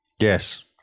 yes